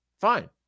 Fine